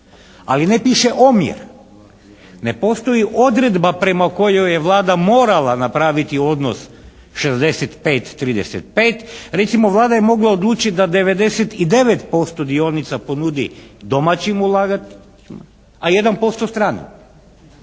ali ne piše omjer. Ne postoji odredba prema kojoj je Vlada morala napraviti odnos 65:35. Recimo Vlada je mogla odlučiti da 99% dionica ponudi domaćim ulagačima, a 1% stranim